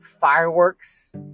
fireworks